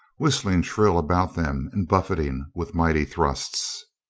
whistling shrill about them and buffeting with mighty thrusts.